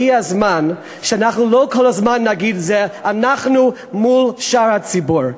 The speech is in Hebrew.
הגיע הזמן שלא נגיד כל הזמן: זה אנחנו מול שאר הציבור.